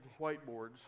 whiteboards